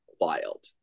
wild